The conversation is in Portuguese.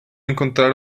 encontrar